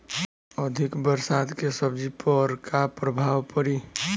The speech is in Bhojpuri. अधिक बरसात के सब्जी पर का प्रभाव पड़ी?